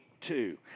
two